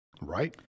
right